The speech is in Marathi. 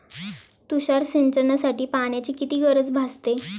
तुषार सिंचनासाठी पाण्याची किती गरज भासते?